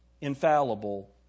infallible